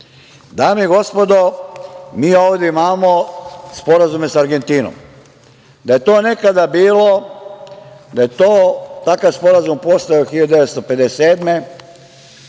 narodni poslanici, mi ovde imamo sporazume sa Argentinom. Da je to nekada bilo, da je takav sporazum postojao 1957.